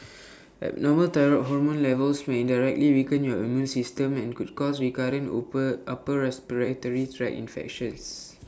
abnormal thyroid hormone levels may indirectly weaken your immune system and could cause recurrent open upper respiratory tract infections